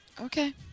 Okay